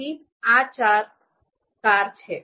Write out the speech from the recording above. તેથી આ ચાર કાર છે